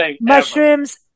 mushrooms